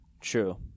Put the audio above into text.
True